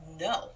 no